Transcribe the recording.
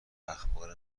اخبار